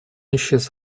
исчез